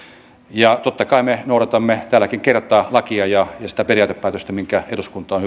ja totta kai me noudatamme tälläkin kertaa lakia ja sitä periaatepäätöstä minkä eduskunta on